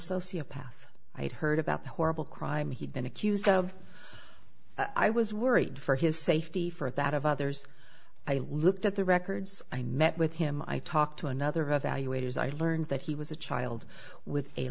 sociopath i had heard about the horrible crime he'd been accused of i was worried for his safety for that of others i looked at the records i net with him i talked to another value waiter's i learned that he was a child with a